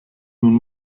nun